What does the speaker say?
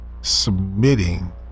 submitting